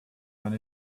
and